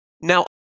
Now